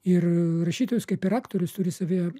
ir rašytojus kaip ir aktorius turi savyje